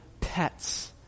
pets